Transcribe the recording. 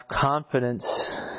confidence